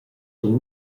cun